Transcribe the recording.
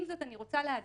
עם זאת, אני רוצה להדגיש